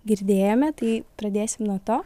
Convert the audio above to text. girdėjome tai pradėsim nuo to